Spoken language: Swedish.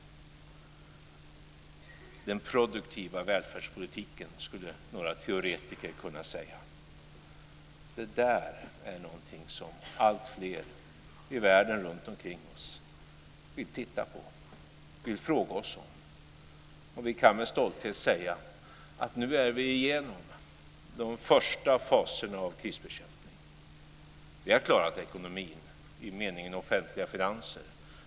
Den produktiva välfärdspolitiken, skulle några teoretiker kunna säga. Det där är någonting som alltfler i världen runtomkring oss vill titta på och vill fråga oss om. Vi kan med stolthet säga att nu är vi igenom de första faserna av krisbekämpning. Vi har klarat ekonomin i meningen offentliga finanser.